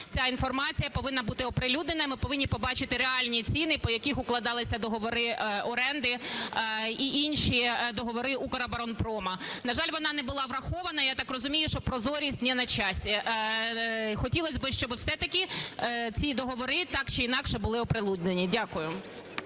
ця інформація повинна бути оприлюднена, і ми повинні побачити реальні ціни, по яких укладалися договори оренди і інші договори Укроборонпрому. На жаль, вона не була врахована, я так розумію, що прозорість не на часі. Хотілось би, щоб все-таки ці договори так чи інакше були оприлюднені. Дякую.